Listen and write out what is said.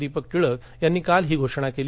दीपक टिळक यांनी काल ही घोषणा केली